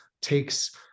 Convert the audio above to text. takes